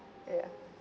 ya